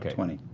twenty.